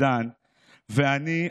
ואני,